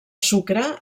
sucre